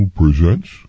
presents